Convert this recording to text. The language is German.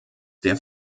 der